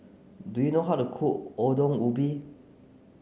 do you know how to cook Ongol Ubi